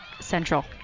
central